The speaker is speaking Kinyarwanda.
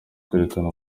kwerekana